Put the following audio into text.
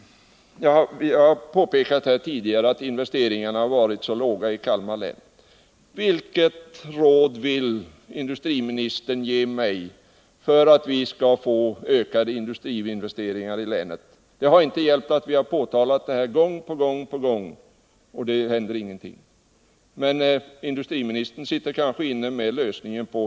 Jag har påpekat tidigare att investeringarna varit låga i Kalmar län. Vilket råd vill industriministern ge mig om hur vi skall få ökade industriinvesteringar i länet? Det har inte hjälpt att vi påtalat dessa förhållanden gång på gång. Det händer ingenting. Industriministern sitter kanske inne med lösningen.